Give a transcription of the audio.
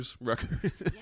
records